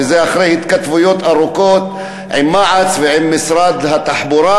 וזה אחרי התכתבויות ארוכות עם מע"צ ועם משרד התחבורה,